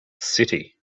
city